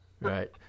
Right